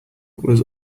was